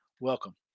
Welcome